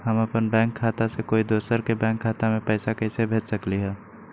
हम अपन बैंक खाता से कोई दोसर के बैंक खाता में पैसा कैसे भेज सकली ह?